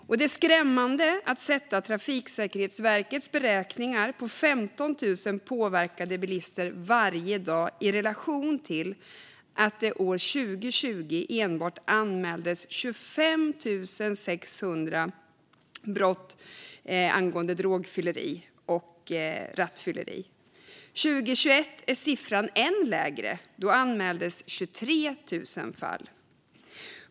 Det är även skrämmande att sätta Trafiksäkerhetsverkets beräkningar om 15 000 påverkade bilister per dag i relation till att det år 2020 enbart anmäldes 25 600 brott som rörde drograttfylleri och rattfylleri. För 2021 är siffran än lägre; då anmäldes 23 000 fall.